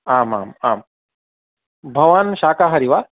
आम् आम् आम् भवान् शाकाहारी वा